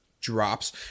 drops